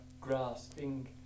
grasping